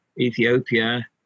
Ethiopia